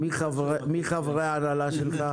מי חברי ההנהלה שלך?